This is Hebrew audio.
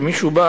ומישהו בא